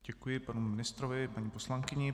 Děkuji panu ministrovi i paní poslankyni.